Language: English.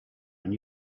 and